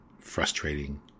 Frustrating